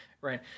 Right